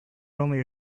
only